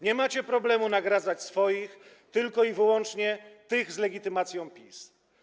Nie macie problemu z tym, żeby nagradzać swoich - tylko i wyłącznie tych z legitymacją PiS.